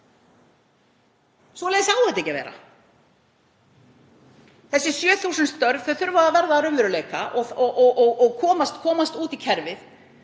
Svoleiðis á það ekki að vera. Þessi 7.000 störf þurfa að verða að raunveruleika og komast út í kerfið.